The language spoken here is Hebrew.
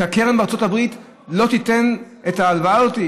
הקרן בארצות הברית לא תיתן את ההלוואה הזאת,